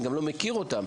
אני גם לא מכיר אותן.